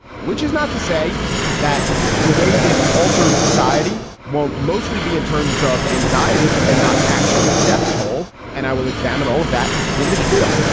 which is not to say that the way this alters society won't mostly be in terms of anxiety and not actual death toll. and i will examine all of that in the spiel.